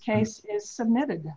case is submitted